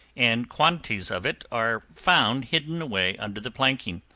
and quantities of it are found hidden away under the planking,